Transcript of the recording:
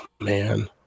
man